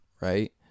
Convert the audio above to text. right